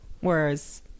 whereas